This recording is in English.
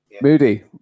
Moody